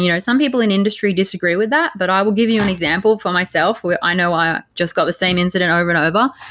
you know some people in industry disagree with that, but i will give you an example for myself where i know i just got the same incident over and over.